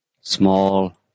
small